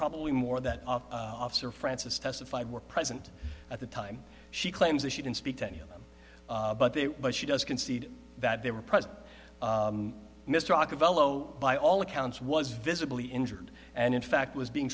probably more that officer francis testified were present at the time she claims that she didn't speak to any of them but they but she does concede that they were present mr aka fellow by all accounts was visibly injured and in fact was being